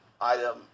item